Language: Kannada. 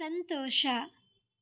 ಸಂತೋಷ